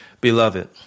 Beloved